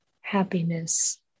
happiness